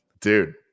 dude